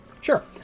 Sure